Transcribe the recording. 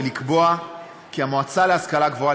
ולקבוע כי המועצה להשכלה גבוהה,